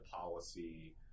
policy